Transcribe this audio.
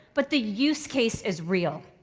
but the use case is real.